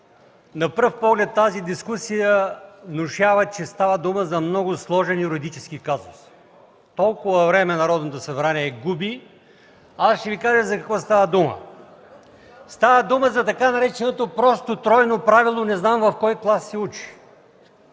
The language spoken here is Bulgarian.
на пръв поглед тази дискусия внушава, че става дума за много сложен юридически казус. Толкова време губи Народното събрание. Ще Ви кажа за какво става дума. Става дума за така нареченото „просто тройно правило”. Не знам в кой клас се учи.